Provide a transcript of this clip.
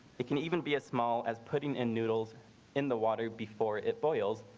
it can even be as small as putting in noodles in the water before it boils.